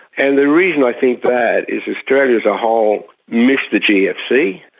and the reason i think that is australia as a whole missed the gfc.